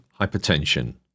Hypertension